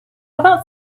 about